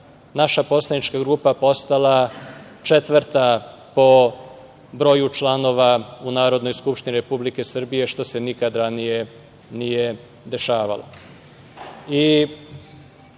naša poslanička grupa postala četvrta po broju članova u Narodnoj skupštini Republike Srbije, što se nikad ranije nije dešavalo. Da